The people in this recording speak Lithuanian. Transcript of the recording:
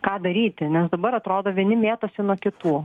ką daryti nes dabar atrodo vieni mėtosi nuo kitų